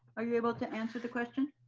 are you able to answer the question?